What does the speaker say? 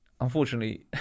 unfortunately